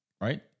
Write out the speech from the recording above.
right